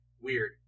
Weird